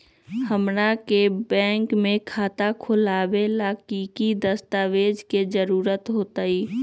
हमरा के बैंक में खाता खोलबाबे ला की की दस्तावेज के जरूरत होतई?